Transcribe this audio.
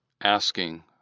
asking